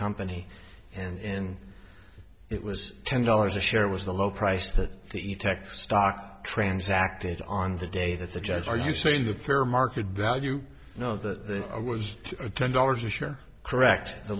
company and it was ten dollars a share was the low price that the tech stock transacted on the day that the judge are you saying the fair market value you know that was a ten dollars a share correct the